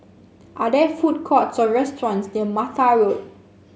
are there food courts or restaurants near Mattar Road